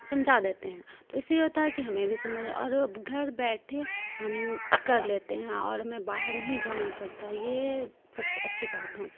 سمجھا دیتے ہیں تو اس سے یہ ہوتا ہے کہ ہمیں بھی سمجھ اور گھر بیٹھے ہم کر لیتے ہیں اور ہمیں باہر نہیں جانا پڑتا ہے یہ سب سے اچھی بات ہیں